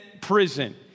prison